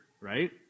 right